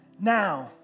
now